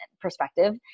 perspective